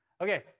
Okay